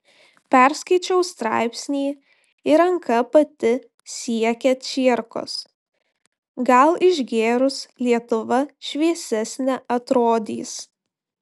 perskaičiau straipsnį ir ranka pati siekia čierkos gal išgėrus lietuva šviesesne atrodys